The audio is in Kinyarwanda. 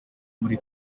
muri